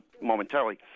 momentarily